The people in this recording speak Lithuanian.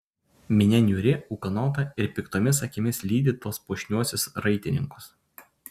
minia niūri ūkanota ir piktomis akimis lydi tuos puošniuosius raitininkus